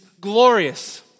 glorious